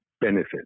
benefit